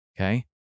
okay